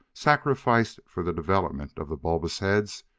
sacrificed for the development of the bulbous heads,